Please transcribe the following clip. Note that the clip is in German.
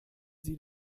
sie